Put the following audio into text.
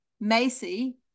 macy